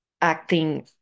acting